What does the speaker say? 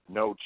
no